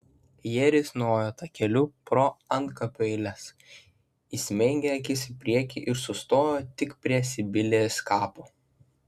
jie risnojo takeliu pro antkapių eiles įsmeigę akis į priekį ir sustojo tik prie sibilės kapo